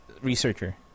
researcher